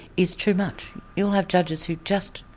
is too much. you'll have judges who just